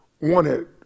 wanted